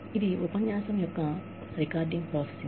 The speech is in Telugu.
ఇది ఉపన్యాసం యొక్క రికార్డింగ్ ప్రాసెసింగ్